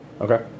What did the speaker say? Okay